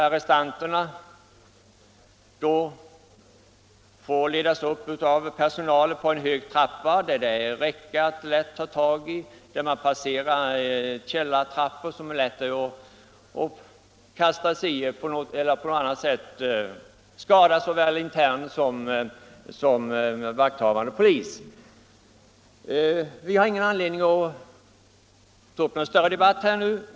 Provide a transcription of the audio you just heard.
Arrestanterna får ledas upp av personalen för en hög trappa, där det finns ett räcke som de lätt kan ta tag i. Man passerar källartrappor där det är lätt för dem att kasta sig ned eller på annat sätt skada såväl sig själva som vakthavande polis. Vi har ingen anledning att ta upp någon större debatt nu.